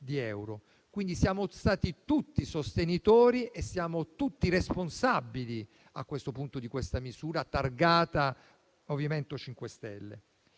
euro. Siamo stati tutti sostenitori e siamo tutti responsabili a questo punto di questa misura targata MoVimento 5 Stelle.